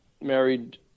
married